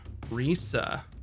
Risa